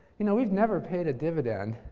you know we've never paid a dividend.